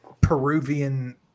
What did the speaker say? Peruvian